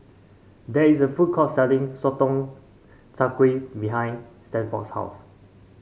there is a food court selling Sotong Char Kway behind Stanford's house